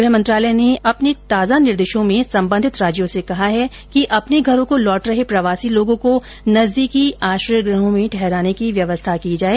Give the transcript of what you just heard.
गृह मंत्रालय ने अपने ताजा निर्देशों में संबंधित राज्यों से कहा है कि अपने घरों को लौट रहे प्रवासी लोगों को नजदीकी आश्रय गृहों में ठहराने की व्यवस्था की जाए